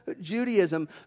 Judaism